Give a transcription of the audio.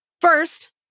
First